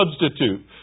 substitute